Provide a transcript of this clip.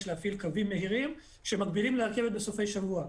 להפעיל קווים מהירים שמקבילים לרכבת בסופי שבוע.